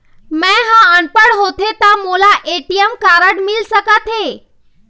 मैं ह अनपढ़ होथे ता मोला ए.टी.एम कारड मिल सका थे?